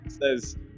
Says